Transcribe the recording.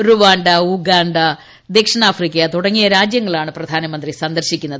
റുവാ ഉഗാ ദക്ഷിണാഫ്രിക്ക തുടങ്ങിയ രാജൃങ്ങളാണ് പ്രധാനമന്ത്രി സന്ദർശിക്കുന്നത്